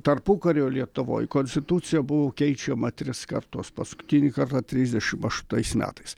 tarpukario lietuvoj konstitucija buvo keičiama tris kartus paskutinį kartą trisdešimt aštuntais metais